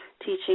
teaching